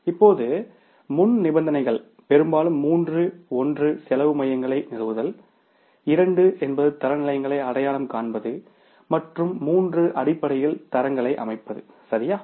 இப்போது முன்நிபந்தனைகள் பெரும்பாலும் மூன்று ஒன்று காஸ்ட் சென்டர்ங்களை நிறுவுதல் எண் இரண்டு என்பது தரநிலைகளை அடையாளம் காண்பது மற்றும் மூன்று அடிப்படையில் தரங்களை அமைப்பது சரியா